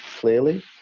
clearly